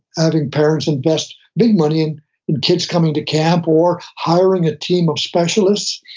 having parents invest big money, and kids coming to camp or hiring a team of specialists.